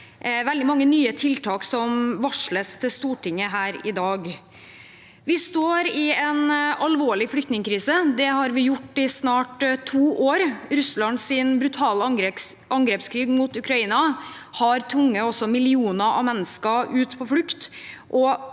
veldig mange nye tiltak som varsles til Stortinget her i dag. Vi står i en alvorlig flyktningkrise. Det har vi gjort i snart to år. Russlands brutale angrepskrig mot Ukraina har tvunget millioner av mennesker ut på flukt,